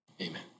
Amen